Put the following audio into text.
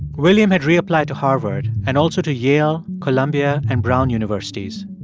william had reapplied to harvard and also to yale, columbia and brown universities.